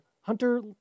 Hunter